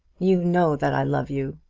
you know that i love you.